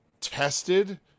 tested